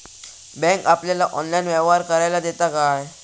Bank आपल्याला online व्यवहार करायला देता काय?